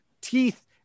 teeth